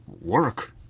work